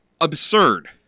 absurd